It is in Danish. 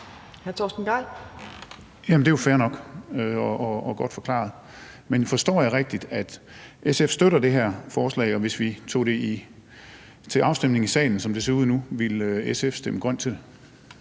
Det er jo fair nok og godt forklaret. Men forstår jeg det rigtigt, nemlig at SF støtter det her forslag, og hvis det kom til afstemning i salen, som det ser ud nu, ville SF stemme grønt til